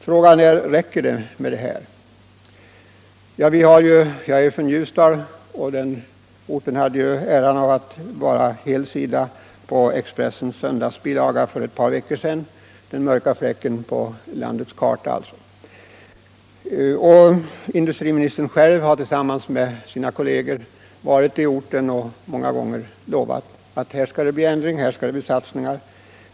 Frågan är: Räcker det med det här? Jag är från Ljusdal, och den orten hade den tvivelaktiga äran att pre senteras på en helsida i Expressens söndagsbilaga för ett par veckor sedan = Nr 58 där det stod att Ljusdal är den mörka fläcken på vårt lands karta. In Tisdagen den dustriministern själv har tillsammans med sina medarbetare varit på orten 3 februari 1976 och många gånger lovat att här skall det bli ändring, här skall det bli satsningar.